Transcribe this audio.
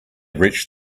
reached